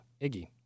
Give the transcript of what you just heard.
Iggy